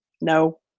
No